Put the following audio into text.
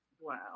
Wow